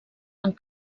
amb